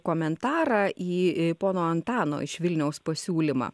komentarą į pono antano iš vilniaus pasiūlymą